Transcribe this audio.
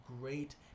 great